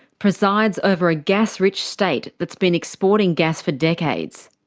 presides over a gas-rich state that's been exporting gas for decades.